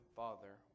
father